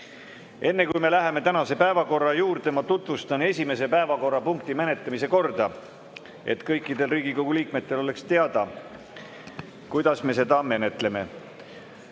Enne kui me läheme tänase päevakorra juurde, ma tutvustan esimese päevakorrapunkti menetlemise korda, et kõikidel Riigikogu liikmetel oleks teada, kuidas me seda menetleme.